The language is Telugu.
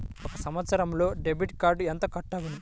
ఒక సంవత్సరంలో డెబిట్ కార్డుకు ఎంత కట్ అగును?